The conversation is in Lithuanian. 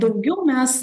daugiau mes